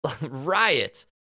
riot